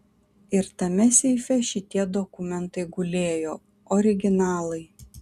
ir tame seife šitie dokumentai gulėjo originalai